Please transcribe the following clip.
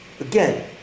Again